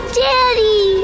daddy